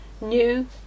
New